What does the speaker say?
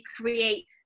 create